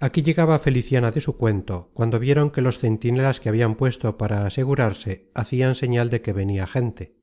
aquí llegaba feliciana de su cuento cuando vieron que los centinelas que habian puesto para asegurarse hacian señal de que venia gente